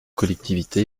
collectivités